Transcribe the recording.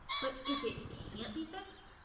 but if it can't be fixed?